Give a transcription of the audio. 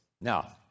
Now